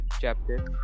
chapter